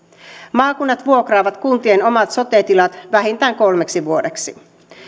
maakunnat vuokraavat kuntien omat sote tilat vähintään kolmeksi vuodeksi